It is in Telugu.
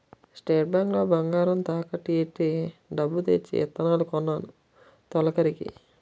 స్టేట్ బ్యాంకు లో బంగారం తాకట్టు ఎట్టి డబ్బు తెచ్చి ఇత్తనాలు కొన్నాను తొలకరికి